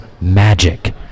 magic